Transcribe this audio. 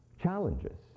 Challenges